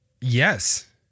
Yes